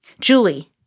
Julie